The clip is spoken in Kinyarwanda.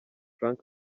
frank